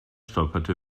stolperte